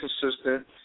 consistent